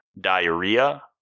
diarrhea